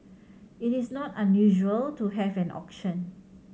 it is not unusual to have an auction